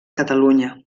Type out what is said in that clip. catalunya